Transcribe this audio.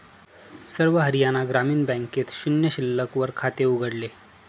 सर्व हरियाणा ग्रामीण बँकेत शून्य शिल्लक वर खाते उघडले